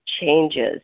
changes